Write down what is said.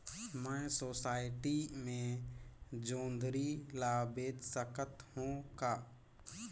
मैं सोसायटी मे जोंदरी ला बेच सकत हो का?